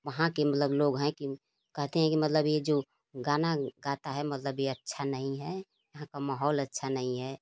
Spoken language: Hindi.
वहाँ के मतलब लोग हैं कि कहते हैं कि मतलब ये जो गाना गाता है मतलब ये अच्छा नहीं है यहाँ का माहौल अच्छा नहीं है